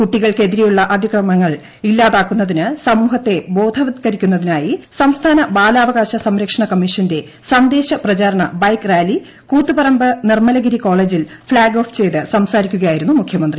കുട്ടികൾക്കെതിരെയുള്ള അതിക്രമങ്ങൾ ഇല്ലാതാക്കുന്നതിന് സമൂഹത്തെ ബോധവൽക്കരിക്കുന്നതിനായി സംസ്ഥാന ബാലാവകാശ സംരക്ഷണ കമ്മീഷന്റെ സന്ദേശ പ്രചരണ bike rally Koothuparamba Nirmalagiri കോളേജിൽ ഫ്ളാഗ് ഓഫ് ചെയ്ത് സംസാരിക്കുകയായിരുന്നു മുഖ്യമന്ത്രി